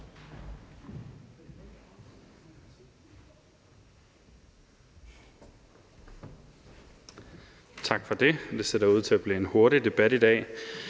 Tak for det. Det ser da ud til at blive en hurtig debat i dag.